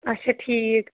اچھا ٹھیٖک